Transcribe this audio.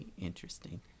interesting